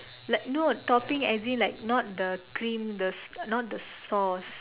like no topping as in like not the cream the not the sauce